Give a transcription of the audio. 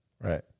Right